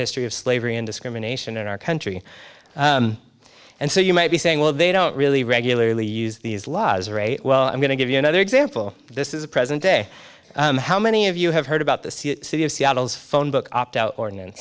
history of slavery and discrimination in our country and so you might be saying well they don't really regularly use these laws or a well i'm going to give you another example this is a present day how many of you have heard about the city of seattle's phonebook opt out ordinance